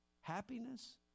happiness